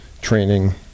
training